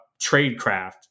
tradecraft